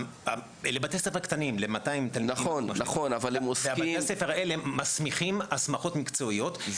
לבתי ספר קטנים ובתי הספר האלה מסמיכים הסמכות מקצועיות,